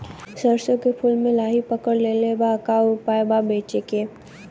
सरसों के फूल मे लाहि पकड़ ले ले बा का उपाय बा बचेके?